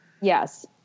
yes